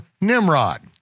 Nimrod